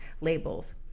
labels